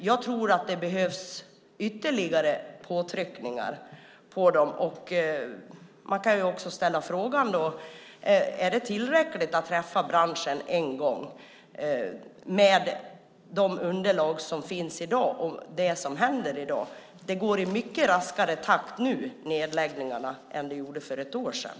Jag tror att det behövs ytterligare påtryckningar, och man kan också ställa frågan om det är tillräckligt att träffa branschen en gång med de underlag som finns i dag och det som händer i dag. Nedläggningarna går i en mycket raskare takt nu än för ett år sedan.